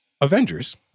Avengers